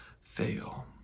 fail